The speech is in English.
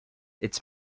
its